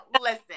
Listen